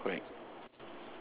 ya correct